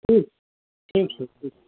ठीक ठीक छै ठीक